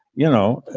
you know,